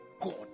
God